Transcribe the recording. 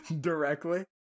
Directly